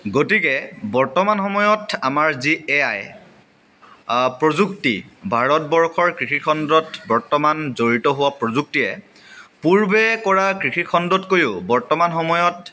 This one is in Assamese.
গতিকে বৰ্তমান সময়ত আমাৰ যি এ আই প্ৰযুক্তি ভাৰতবৰ্ষৰ কৃষিখণ্ডত বৰ্তমান জড়িত হোৱা প্ৰযুক্তিয়ে পূৰ্বে কৰা কৃষিখণ্ডতকৈয়ো বৰ্তমান সময়ত